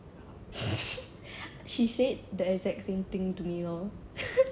she said the exact same thing to me lor